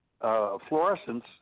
fluorescence